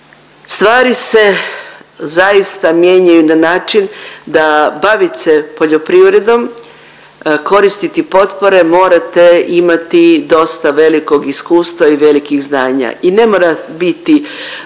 stvari se zaista mijenjaju na način da bavit se poljoprivredom, koristiti potpore morate imati dosta velikog iskustva i velikih znanja i ne mora biti